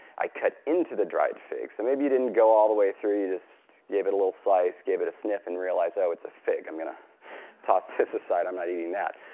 i cut into the dried fig. so maybe you didn't go all the way through. you just gave it a little slice, gave it a sniff, and realized, oh, it's a fig. i'm going ah toss this aside. i'm not eating that.